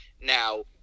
Now